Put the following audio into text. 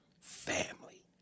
Family